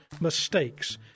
mistakes